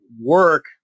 work